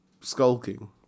skulking